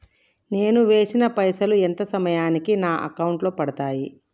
నేను వేసిన పైసలు ఎంత సమయానికి నా అకౌంట్ లో పడతాయి?